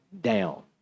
down